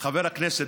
חבר הכנסת,